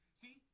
see